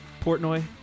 portnoy